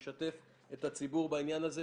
נסתכל וגם נשתף את הציבור בעניין הזה.